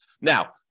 Now